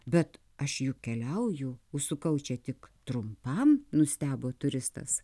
bet aš juk keliauju užsukau čia tik trumpam nustebo turistas